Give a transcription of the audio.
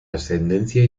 ascendencia